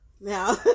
Now